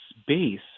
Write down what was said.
space